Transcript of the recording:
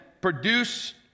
produce